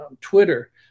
Twitter